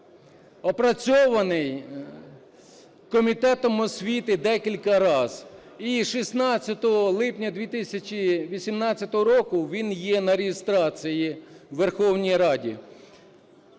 опрацьований комітетом освіти декілька разів. І 16 липня 2018 року він є на реєстрації у Верховній Раді.